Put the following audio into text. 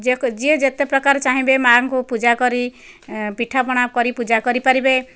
ଯିଏ ଯେତେପ୍ରକାର ଚାହିଁବେ ମା'ଙ୍କୁ ପୂଜା କରି ପିଠାପଣା କରି ପୂଜା କରିପାରିବେ